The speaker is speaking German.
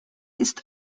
ist